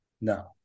No